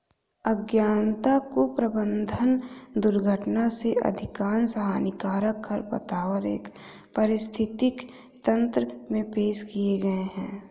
अज्ञानता, कुप्रबंधन, दुर्घटना से अधिकांश हानिकारक खरपतवार एक पारिस्थितिकी तंत्र में पेश किए गए हैं